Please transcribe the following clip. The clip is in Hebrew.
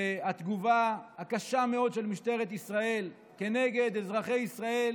והתגובה הקשה מאוד של משטרת ישראל כנגד אזרחי ישראל